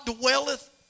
dwelleth